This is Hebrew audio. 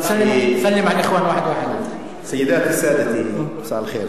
סלאם עליכום, סידאתי סאדתי, מסאא אל-ח'יר.